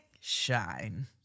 Shine